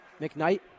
McKnight